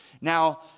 Now